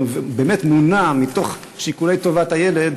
והוא באמת מונע משיקולי טובת הילד,